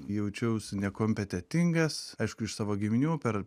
jaučiausi nekompetentingas aišku iš savo giminių per